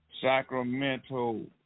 Sacramento